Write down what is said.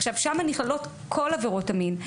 שם נכללות כל עבירות המין.